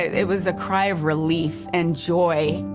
it was a cry of relief and joy.